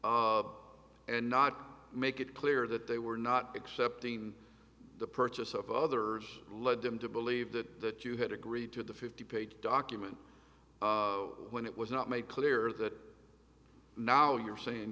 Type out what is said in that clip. and not make it clear that they were not except in the purchase of others led them to believe that that you had agreed to the fifty page document when it was not made clear that now you're saying